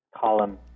column